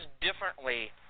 differently